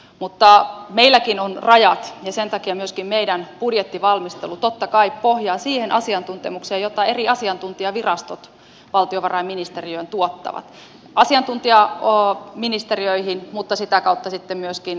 mutta meilläkin on rajat ja sen takia myöskin meidän budjettivalmistelumme totta kai pohjaa siihen asiantuntemukseen jota eri asiantuntijavirastot tuottavat asiantuntijaministeriöihin mutta sitä kautta sitten myöskin valtiovarainministeriöön